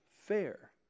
fair